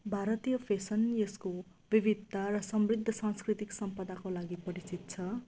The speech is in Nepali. भारतीय फेसन यसको विविधता र समृद्ध सांस्कृतिक सम्पदाको लागि परिचित छ